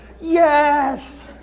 yes